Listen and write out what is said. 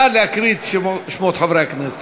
נא להקריא את שמות חברי הכנסת.